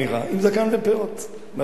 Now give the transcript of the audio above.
עם זקן ופאות, נכון?